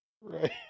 Right